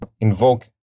invoke